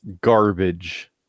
garbage